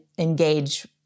engage